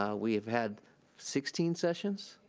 um we have had sixteen sessions?